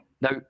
Now